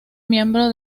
miembro